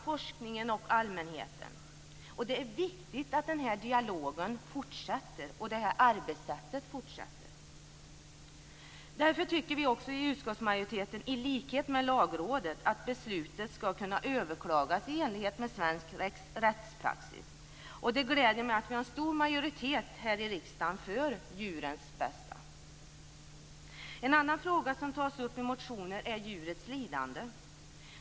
Forskningen och allmänheten har närmat sig varandra. Det är viktigt att denna dialog fortsätter, och det är viktigt att man fortsätter att arbeta på detta sätt. Därför tycker vi i utskottsmajoriteten, i likhet med Lagrådet, att beslutet skall kunna överklagas i enlighet med svensk rättspraxis. Det gläder mig att en stor majoritet i riksdagen är för djurens bästa. En annan fråga som tas upp i motioner är frågan om djurens lidande.